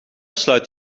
sluit